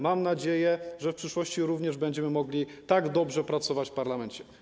Mam nadzieję, że w przyszłości również będziemy mogli tak dobrze pracować w parlamencie.